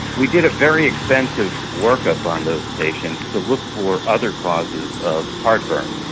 we did a very expensive workup on those patients to look for other causes of heartburn.